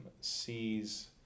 sees